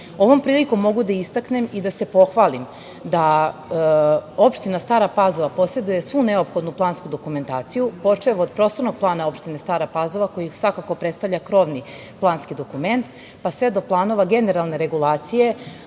Ovom prilikom mogu da istaknem i da se pohvalim da opština Stara Pazova poseduje svu neophodnu plansku dokumentaciju, počev od Prostornog plana opštine Stara Pazova, koji svakako predstavlja krovni planski dokument, pa sve do planova generalne regulacije